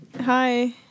hi